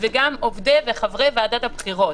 וגם עובדי וחברי ועדת הבחירות.